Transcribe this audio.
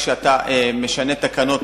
כשאתה משנה תקנות,